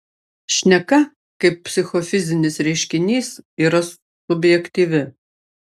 šneka kaip psichofizinis reiškinys yra subjektyvi